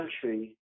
country